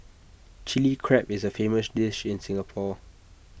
Chilli Crab is A famous dish in Singapore